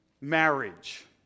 marriage